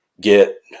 get